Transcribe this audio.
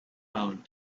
found